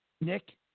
Nick